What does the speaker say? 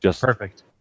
Perfect